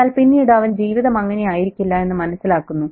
എന്നാൽ പിന്നീട് അവൻ ജീവിതം അങ്ങനെ ആയിരിക്കില്ല എന്ന് മനസ്സിലാക്കുന്നു